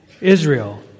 Israel